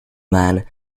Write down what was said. man